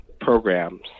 programs